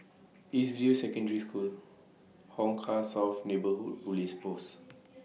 East View Secondary School Hong Kah South Neighbourhood Police Post